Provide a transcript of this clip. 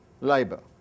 labour